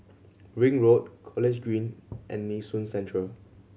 Ring Road College Green and Nee Soon Central